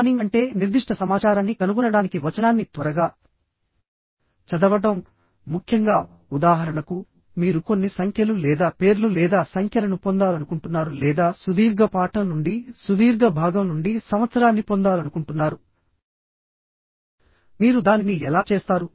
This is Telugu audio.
స్కానింగ్ అంటే నిర్దిష్ట సమాచారాన్ని కనుగొనడానికి వచనాన్ని త్వరగా చదవడంముఖ్యంగా ఉదాహరణకుమీరు కొన్ని సంఖ్యలు లేదా పేర్లు లేదా సంఖ్యలను పొందాలనుకుంటున్నారు లేదా సుదీర్ఘ పాఠం నుండి సుదీర్ఘ భాగం నుండి సంవత్సరాన్ని పొందాలనుకుంటున్నారు మీరు దానిని ఎలా చేస్తారు